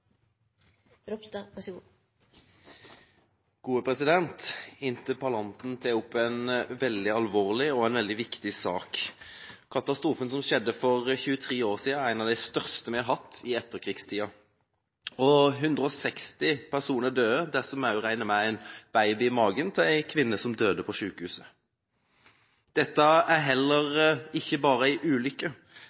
har et så godt beslutningsgrunnlag som mulig. Derfor slutter jeg meg til den tilnærming til saken som justisministeren har gjort i sine to innlegg. Interpellanten tar opp en veldig alvorlig og en veldig viktig sak. Katastrofen, som skjedde for 23 år siden, er en av de største vi har hatt i etterkrigstida. 160 personer døde, dersom vi også regner med en baby i magen til en kvinne som døde